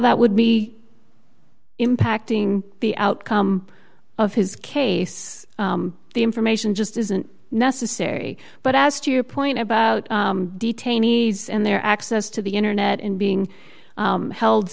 that would be impacting the outcome of his case the information just isn't necessary but as to your point about detainees and their access to the internet and being held